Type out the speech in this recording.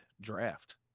draft